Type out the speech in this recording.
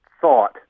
thought